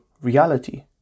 reality